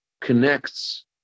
connects